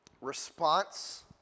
response